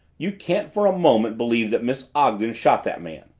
you can't for a moment believe that miss ogden shot that man!